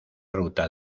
ruta